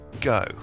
go